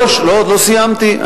לא, עוד לא סיימתי.